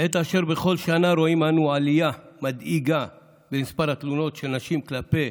עת אשר בכל שנה רואים אנו עלייה מדאיגה במספר התלונות של נשים כלפי